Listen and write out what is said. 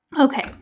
Okay